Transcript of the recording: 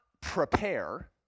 prepare